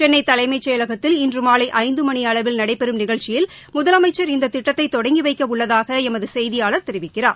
சென்னை தலைமைச் செயலகத்தில் இன்று மாலை ஐந்து மணி அளவில் நடைபெறும் நிகழ்ச்சியில் முதலமைச்சர் இந்த திட்டத்தை தொடங்கி வைக்க உள்ளதாக எமது செய்தியாளர் தெரிவிக்கிறார்